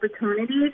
opportunities